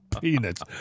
peanuts